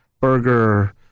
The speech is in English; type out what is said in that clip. burger